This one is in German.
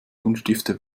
buntstifte